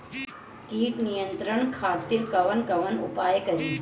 कीट नियंत्रण खातिर कवन कवन उपाय करी?